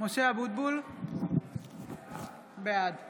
(קוראת בשמות